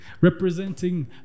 representing